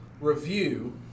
review